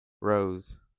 rose